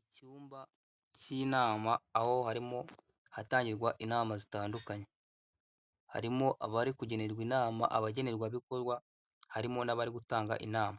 Icyumba k'inama aho harimo hatangirwa inama zitandukanye harimo abari kugenerwa inama, abagenerwabikorwa, harimo n'abari gutanga inama,